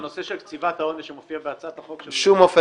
--- הנושא של קציבת העונש שמופיע בהצעת החוק של ענת ברקו.